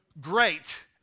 great